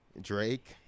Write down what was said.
Drake